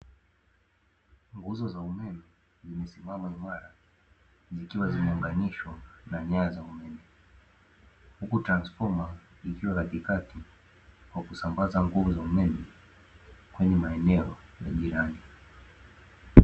Nguzo za umeme zimesimama imara zikiwa zimeunganishwa na nyaya za umeme, huku transfoma ikiwa katikati kwa kusambaza nguzo za umeme kwenye maeneo mbalimbali.